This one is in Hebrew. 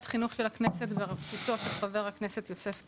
החינוך של הכנסת בראשותו של חבר הכנסת יוסף טייב,